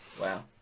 wow